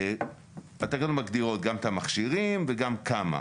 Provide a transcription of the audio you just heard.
התקנות מגדירות גם את המכשירים, וגם כמה.